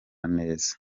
neza